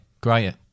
great